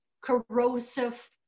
corrosive